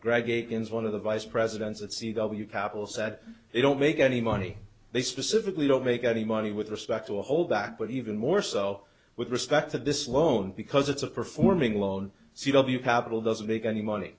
greg akins one of the vice presidents at c w capital so that they don't make any money they specifically don't make any money with respect to hold back but even more so with respect to this loan because it's a performing loan c w capital doesn't make any money